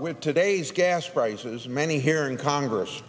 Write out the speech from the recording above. with today's gas prices many here in congress